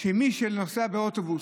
שמי שנוסע באוטובוס,